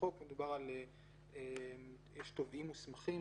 לחוק מדברים על כך שיש תובעים מוסמכים